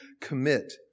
commit